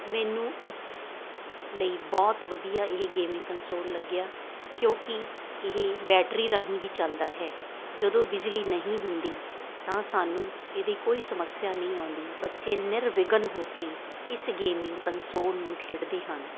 ਮੈਨੂੰ ਇਸ ਲਈ ਬਹੁਤ ਵਧੀਆ ਇਹ ਗੇਮਿੰਗ ਕਨਸੋਲ ਲੱਗਿਆ ਕਿਉਂਕਿ ਇਹ ਬੈਟਰੀ ਰਾਹੀਂ ਵੀ ਚੱਲਦਾ ਹੈ ਜਦੋਂ ਬਿਜਲੀ ਨਹੀਂ ਹੁੰਦੀ ਤਾਂ ਸਾਨੂੰ ਇਹਦੀ ਕੋਈ ਸਮੱਸਿਆ ਨਹੀਂ ਆਉਂਦੀ ਬੱਚੇ ਨਿਰਵਿਘਨ ਹੋ ਕੇ ਇਸ ਗੇਮਿੰਗ ਕਨਸੋਲ ਨੂੰ ਖੇਡਦੇ ਹਨ